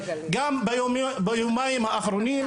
גם ביומיים האחרונים,